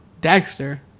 Dexter